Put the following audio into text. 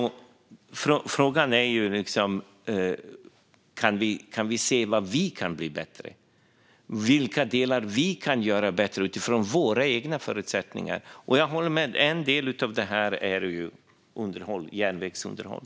Frågan är: Kan vi se vad vi kan bli bättre på och vilka delar vi kan göra bättre utifrån våra egna förutsättningar? Jag håller med om att en del av detta handlar om järnvägsunderhåll.